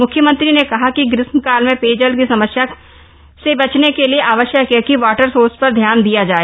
मुख्यमंत्री ने कहा कि ग्रीष्म काल में पेयजल की समस्या के बचने के लिए आवश्यक है कि वॉटर सोर्स पर ध्यान दिया जाए